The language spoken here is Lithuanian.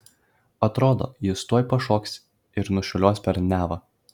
atrodo jis tuoj pašoks ir nušuoliuos per nevą